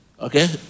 Okay